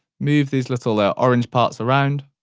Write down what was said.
move these little ah orange parts around,